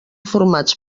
formats